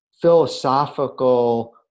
philosophical